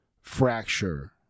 fracture